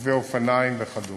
רוכבי אופניים וכדומה.